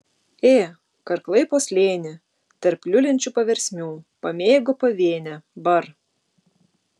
ė karklai po slėnį tarp liulančių paversmių pamėgo pavėnę bar